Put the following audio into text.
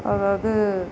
அதாவது